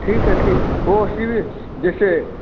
ठीक है ठीक है वह फिर जैसे